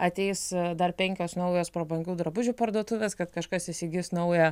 ateis dar penkios naujos prabangių drabužių parduotuvės kad kažkas įsigis naują